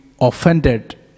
offended